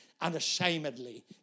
unashamedly